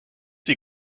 sie